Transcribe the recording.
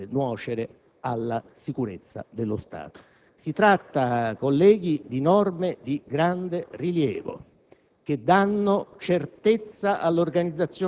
il cui svelamento potrebbe nuocere alla sicurezza dello Stato. Si tratta, colleghi, di norme di grande rilievo,